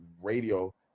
radio